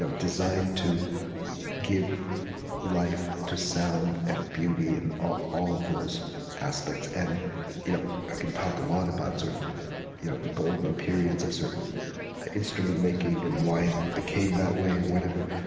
so designed to give life to sound and beauty and all all of those aspects. and you know i can talk a lot about sort of you know the golden periods of certain instrument making and why it became that way, whatever.